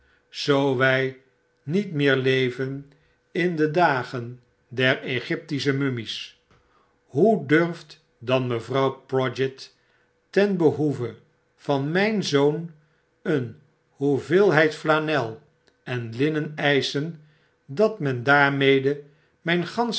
zoo wy niet meer leven in de dagen der egyptische mummies hoe durft dan mevrouw prodgit ten behoeve van myn zoon een hoeveelheid flanel en linnen eischen dat men daarmede myn gansche